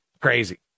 Crazy